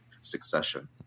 succession